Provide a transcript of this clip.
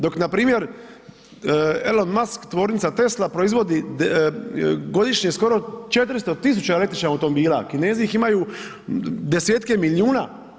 Dok npr. Elon Musk, tvornica Tesla proizvodi godišnje skoro 400 tisuća električnih automobila, Kinezi ih imaju desetke milijuna.